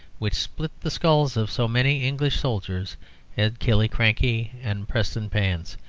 which split the skulls of so many english soldiers at killiecrankie and prestonpans.